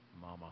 mama